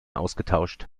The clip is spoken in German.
ausgetauscht